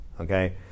Okay